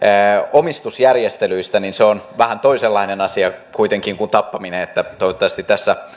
omistusjärjestelyistä niin se on vähän toisenlainen asia kuitenkin kuin tappaminen että toivottavasti tässä